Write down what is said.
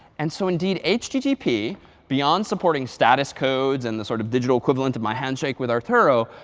and so indeed http, beyond supporting status codes and the sort of digital equivalent of my handshake with arthuro,